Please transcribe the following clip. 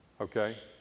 Okay